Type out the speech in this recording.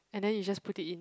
and then you just put it in